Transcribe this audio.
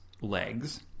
legs